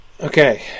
Okay